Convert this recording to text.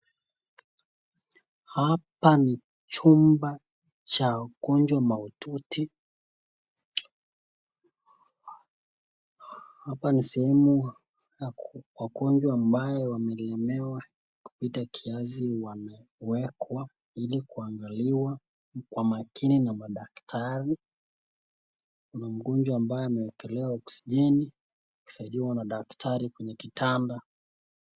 Hapa ni chumba cha wagonjwa mahututi, hapa ni sehemu wagonjwa ambao wamelemewa kupita kiasi wamewekwa ili kuangaliwa kwa makini na madaktari kuna mgonjwa ambaye ameekelewa oxygen akisaidiwa na daktari kwenye kitanda.